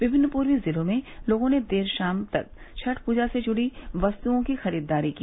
विमिन्न पूर्वी जिलों में लोगों ने देर शाम तक छठ पूजा से जुड़ी वस्तुओं की खरीदारी की